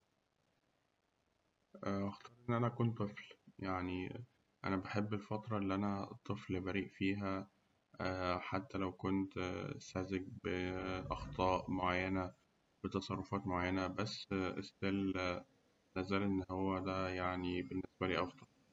هأختار إن أنا أكون طفل يعني أنا بحب الفترة اللي كنت طفل برئ فيها حتى لو كنت سذج بأخطاء معينة بتصرفات معينة بس ستيل لا زال إن هو ده بالنسبة لي أفضل.